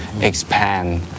expand